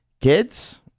kids